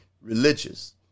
religious